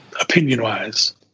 opinion-wise